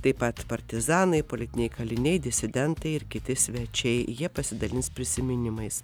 taip pat partizanai politiniai kaliniai disidentai ir kiti svečiai jie pasidalins prisiminimais